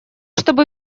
чтобы